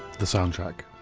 the soundtrack.